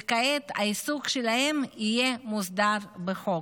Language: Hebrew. וכעת העיסוק שלהם יהיה מוסדר בחוק.